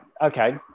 Okay